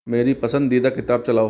मेरी पसंदीदा किताब चलाओ